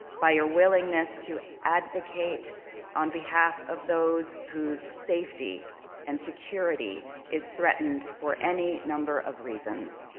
by your willingness to advocate on behalf of those whose safety and security is threatened for any number of reasons.